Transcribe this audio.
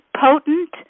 potent